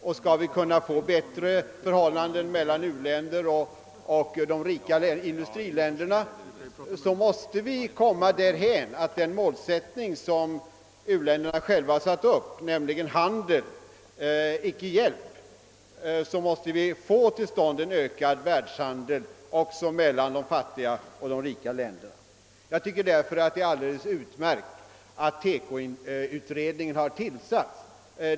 Om vi skall kunna åvägabringa ett bättre förhållande mellan u-länderna och de rika industriländerna måste vi komma därhän att uländernas målsättning uppnås: »Handel — inte hjälp.» Vi måste få en ökad världshandel mellan de fattiga och de rika länderna. Därför tycker jag det är utmärkt att TEKO-utredningen har tillsatts.